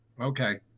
okay